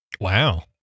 Wow